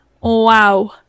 Wow